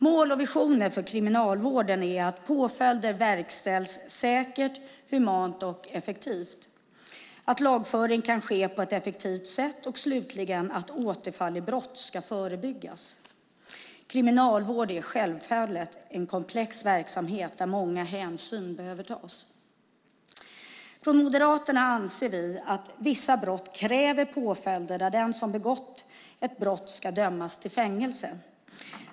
Mål och visioner för Kriminalvården är att påföljder verkställs säkert, humant och effektivt, att lagföring kan ske på ett effektivt sätt och slutligen att återfall i brott ska förebyggas. Kriminalvård är självfallet en komplex verksamhet där många hänsyn behöver tas. Från Moderaterna anser vi att vissa brott kräver påföljder där den som har begått ett brott ska dömas till fängelse.